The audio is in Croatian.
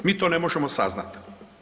Mi to ne možemo saznati.